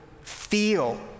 feel